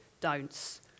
don'ts